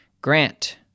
Grant